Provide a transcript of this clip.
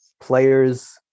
players –